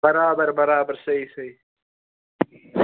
برابر برابر صحیح صحیح